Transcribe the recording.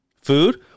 food